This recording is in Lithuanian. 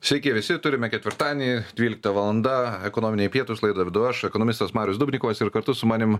sveiki visi turime ketvirtadienį dvylikta valanda ekonominiai pietūs laidą vedu aš ekonomistas marius dubnikovas ir kartu su manim